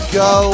go